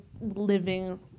living